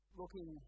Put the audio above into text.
looking